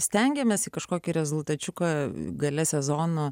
stengiamės kažkokį rezultatą čiuką gale sezono